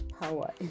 power